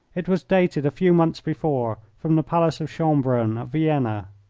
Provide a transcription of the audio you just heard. it was dated a few months before from the palace of schonbrunn at vienna.